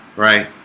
right?